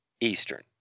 Eastern